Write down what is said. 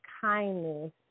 kindness